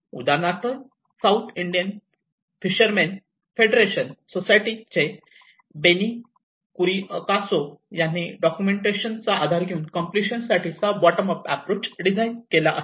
उदा south Indian fishermen federation society चे बेंनी कुरीअकोसे त्यांनी डॉक्युमेंटेशन आधार घेऊन कम्प्लिशन साठीचा बॉटम अप एप्रोच डिझाईन केला आहे